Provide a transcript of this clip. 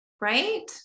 right